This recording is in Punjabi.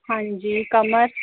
ਹਾਂਜੀ ਕਮਰ